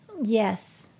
Yes